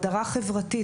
הדרה חברתית,